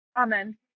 Amen